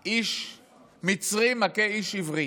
איש מצרי מכה איש עברי.